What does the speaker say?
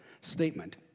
statement